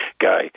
guy